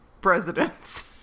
presidents